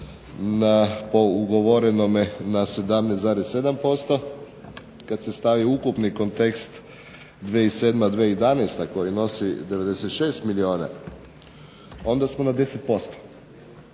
po ugovorenome na 17,7%, kad se stavi ukupni kontekst 2007.-2011. koji nosi 96 milijuna onda smo na 10%,